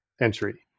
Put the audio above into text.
entry